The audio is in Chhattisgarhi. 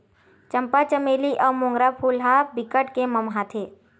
चंपा, चमेली अउ मोंगरा फूल ह बिकट के ममहाथे